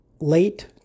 late